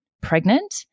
pregnant